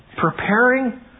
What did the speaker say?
preparing